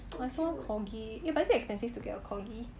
I also want corgi eh but is it expensive to get a corgi